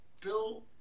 Bill